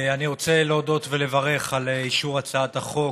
אני רוצה להודות ולברך על אישור הצעת החוק.